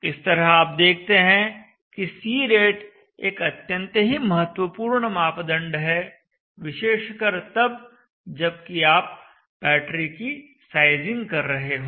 इस तरह आप देखते हैं कि C रेट एक अत्यंत ही महत्वपूर्ण मापदंड है विशेषकर तब जबकि आप बैटरी की साइज़िंग कर रहे हों